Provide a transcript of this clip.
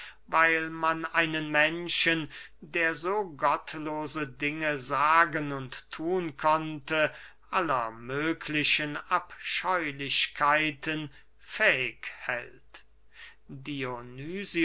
weil man einen menschen der so gottlose dinge sagen und thun konnte aller möglichen abscheulichkeiten fähig hält